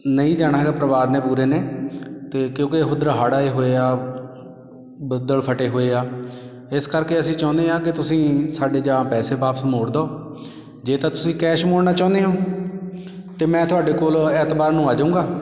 ਨਹੀਂ ਜਾਣਾ ਹੈਗਾ ਪਰਿਵਾਰ ਨੇ ਪੂਰੇ ਨੇ ਅਤੇ ਕਿਉਂਕਿ ਉੱਧਰ ਹੜ੍ਹ ਆਏ ਹੋਏ ਆ ਬੱਦਲ ਫਟੇ ਹੋਏ ਆ ਇਸ ਕਰਕੇ ਅਸੀਂ ਚਾਹੁੰਦੇ ਹਾਂ ਕਿ ਤੁਸੀਂ ਸਾਡੇ ਜਾਂ ਪੈਸੇ ਵਾਪਸ ਮੋੜ ਦਿਉ ਜੇ ਤਾਂ ਤੁਸੀਂ ਕੈਸ਼ ਮੋੜਨਾ ਚਾਹੁੰਦੇ ਹੋ ਤਾਂ ਮੈਂ ਤੁਹਾਡੇ ਕੋਲ ਐਤਵਾਰ ਨੂੰ ਆ ਜਾਊਂਗਾ